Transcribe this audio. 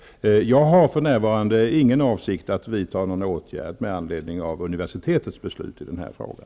Jag har för närvarande ingen avsikt att vidta någon åtgärd med anledning av universitetets beslut i den här frågan.